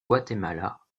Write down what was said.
guatemala